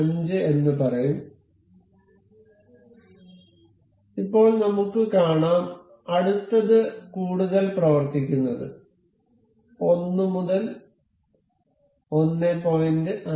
5 എന്ന് പറയും ഇപ്പോൾ നമുക്ക് കാണാം അടുത്തത് കൂടുതൽ പ്രവർത്തിക്കുന്നത് 1 മുതൽ 1